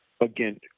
again